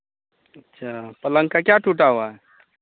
अच्छा पलंग का क्या टूटा हुआ है